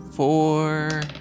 Four